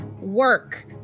work